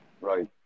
Right